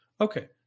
Okay